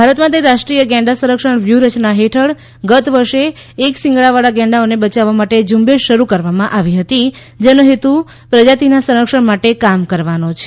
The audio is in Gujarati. ભારત માટે રાષ્ટ્રીય ગેંડા સંરક્ષણ વ્યૂહરચના હેઠળ ગત વર્ષે એક શિંગડાવાળા ગેંડાઓને બયાવવા માટે ઝુંબેશ શરૂ કરવામાં આવી હતી જેનો હેતુ પ્રજાતિના સંરક્ષણ માટે કામ કરવાનો છે